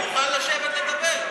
הוא מוכן לשבת לדבר,